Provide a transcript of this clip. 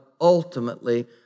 ultimately